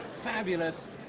fabulous